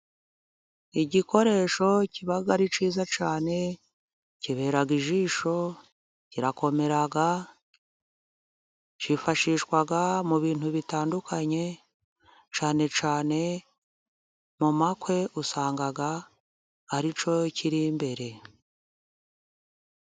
Igikoresho kiba ari cyiza cyane, kibera ijisho, kirakomera kifashishwa mu bintu bitandukanye, cyane cyane mu makwe usanga ari cyo kiri imbere.